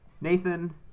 nathan